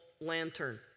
lantern